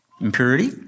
impurity